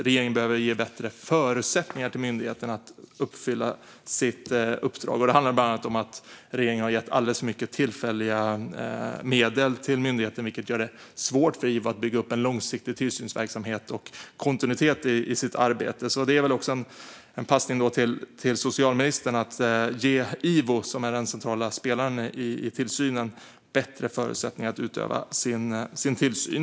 Regeringen behöver ge myndigheten bättre förutsättningar för att uppfylla sitt uppdrag. Regeringen har bland annat gett myndigheten alldeles för mycket tillfälliga medel. Det gör det svårt för IVO att bygga upp en långsiktig tillsynsverksamhet och att få kontinuitet i sitt arbete. Det här är en passning till socialministern om att ge IVO, som är den centrala spelaren vad gäller tillsynen, bättre förutsättningar för att utöva sin tillsyn.